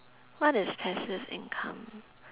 what is passive income